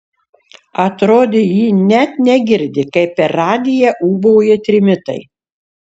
atrodė ji net negirdi kaip per radiją ūbauja trimitai